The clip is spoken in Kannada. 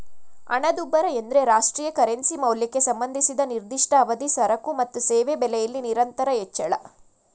ಹಣದುಬ್ಬರ ಎಂದ್ರೆ ರಾಷ್ಟ್ರೀಯ ಕರೆನ್ಸಿ ಮೌಲ್ಯಕ್ಕೆ ಸಂಬಂಧಿಸಿದ ನಿರ್ದಿಷ್ಟ ಅವಧಿ ಸರಕು ಮತ್ತು ಸೇವೆ ಬೆಲೆಯಲ್ಲಿ ನಿರಂತರ ಹೆಚ್ಚಳ